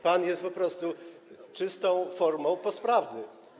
Pan jest po prostu czystą formą postprawdy.